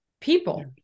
people